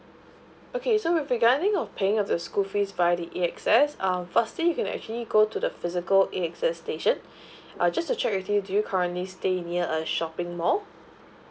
okay so with regarding of paying of the school fees via the A_X_S um firstly you can actually go to the physical A_X_S station err just to check with you do you currently staying near a shopping mall